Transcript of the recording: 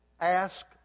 ask